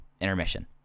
intermission